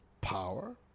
power